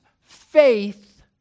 Faith